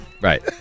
Right